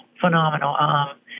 Phenomenal